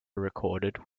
recorded